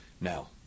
Now